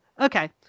okay